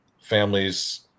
families